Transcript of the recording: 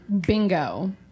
bingo